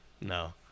No